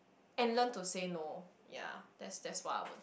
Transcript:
and learn to say no ya that's that's what I would